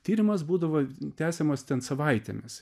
tyrimas būdavo tęsiamas ten savaitėmis